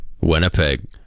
Winnipeg